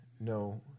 no